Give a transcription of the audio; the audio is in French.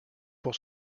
pour